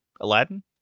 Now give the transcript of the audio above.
Aladdin